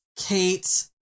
Kate